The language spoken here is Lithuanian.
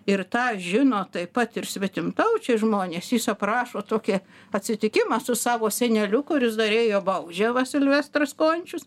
ir tą žino taip pat ir svetimtaučiai žmonės jis aprašo tokį atsitikimą su savo seneliu kuris dar ėjo baudžiavą silvestras končius